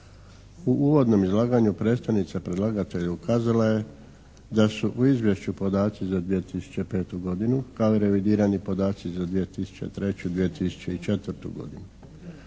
U uvodnom izlaganju predstavnica predlagatelja ukazala je da su u izvješću podaci za 2005. godinu kao i revidirani podaci za 2003., 2004. godinu.